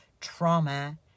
trauma